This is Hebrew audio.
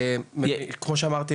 כמו שאמרתי,